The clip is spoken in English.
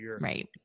right